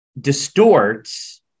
distorts